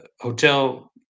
hotel